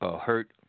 hurt